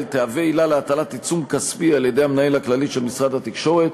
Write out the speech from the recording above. תהווה עילה להטלת עיצום כספי על-ידי המנהל הכללי של משרד התקשורת,